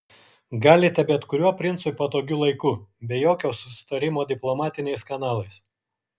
galite bet kuriuo princui patogiu laiku be jokio susitarimo diplomatiniais kanalais